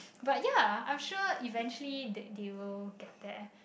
but ya I'm sure eventually they they will get there